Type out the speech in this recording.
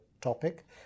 topic